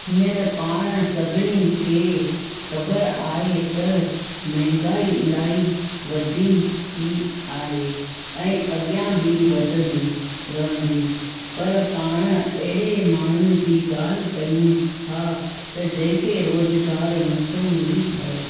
हींअर पाण सभिनी खे ख़बर आहे त महांगाई इलाही वधी ई आहे ऐं अॻियां बि वधंदी रहंदी पर पाण अहिड़े माण्हूअ जी ॻाल्हि कयूं था त जंहिं खे रोज़गारु नथो मिली पाए